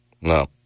No